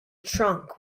trunk